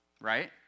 Right